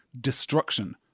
destruction